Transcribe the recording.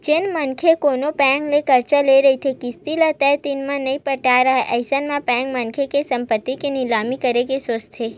जेन मनखे कोनो बेंक ले करजा ले रहिथे किस्ती ल तय दिन म नइ पटावत राहय अइसन म बेंक मनखे के संपत्ति के निलामी करे के सोचथे